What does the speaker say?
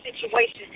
situation